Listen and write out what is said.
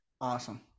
awesome